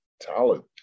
talent